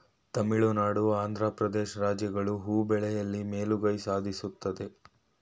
ತಮಿಳುನಾಡು, ಆಂಧ್ರ ಪ್ರದೇಶ್ ರಾಜ್ಯಗಳು ಹೂ ಬೆಳೆಯಲಿ ಮೇಲುಗೈ ಸಾಧಿಸುತ್ತದೆ